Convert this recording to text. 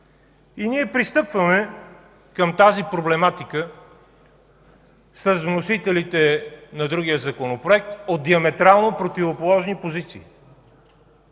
и ние пристъпваме към тази проблематика с вносителите на другия законопроект от диаметрално противоположни позиции